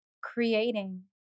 creating